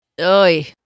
Oi